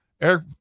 Eric